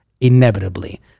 inevitably